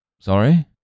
Sorry